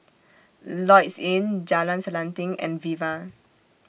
Lloyds Inn Jalan Selanting and Viva